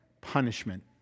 punishment